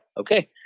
Okay